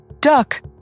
Duck